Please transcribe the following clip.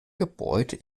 gebäude